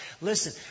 Listen